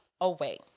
away